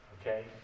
Okay